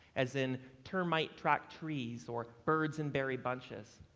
as in termite tract trees or birds in berry bunches.